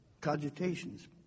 cogitations